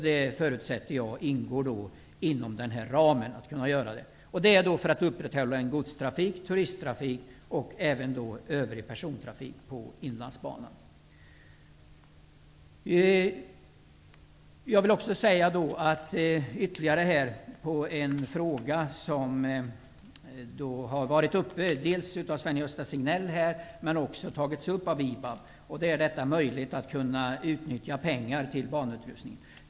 Jag förutsätter att detta ingår i denna ram, som skall vara avsedd för att upprätthålla godstrafik, turisttrafik samt övrig persontrafik på Inlandsbanan. Jag vill också ytterligare beröra en fråga som har tagits upp dels här av Sven-Gösta Signell, dels av IBAB, nämligen om det är möjligt att utnyttja medel till banupprustning.